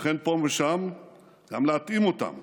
ופה ושם גם להתאים אותם